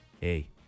hey